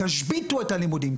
"תשביתו את הלימודים",